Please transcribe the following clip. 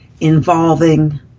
involving